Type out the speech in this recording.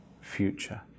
future